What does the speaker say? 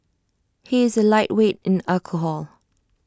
he is A lightweight in alcohol